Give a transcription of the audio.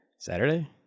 Saturday